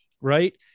right